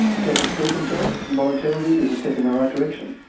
self-exclude themselves voluntarily is a step in the right direction.